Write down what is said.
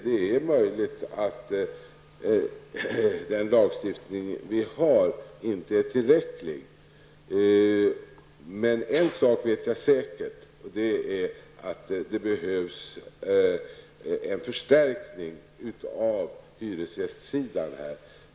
Det är möjligt att lagstiftningen inte är tillräcklig. Men en sak vet jag säkert, och det är att det behövs en förstärkning på hyresgästsidan.